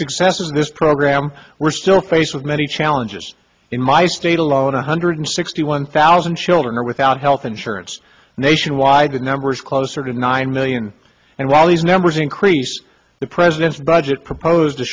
successes of this program we're still faced with many challenges in my state alone one hundred sixty one thousand children are without health insurance nationwide the number is closer to nine million and while these numbers increase the president's budget proposed